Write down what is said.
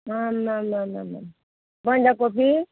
आम्मामामामाम बन्दकोपी